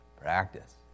Practice